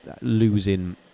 losing